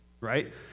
right